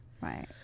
right